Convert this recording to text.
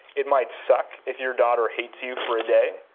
it might suck if your daughter hates you for a day,